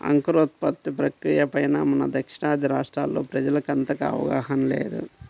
అంకురోత్పత్తి ప్రక్రియ పైన మన దక్షిణాది రాష్ట్రాల్లో ప్రజలకు అంతగా అవగాహన లేదు